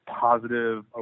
positive